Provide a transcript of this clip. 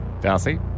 Darcy